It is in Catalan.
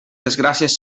desgràcies